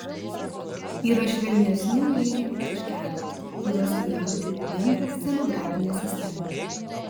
yra švelnesnių lyrinių taškelių kuriuos įaudžiu į bendrą scenografinę sistemą